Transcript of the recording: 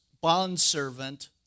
bondservant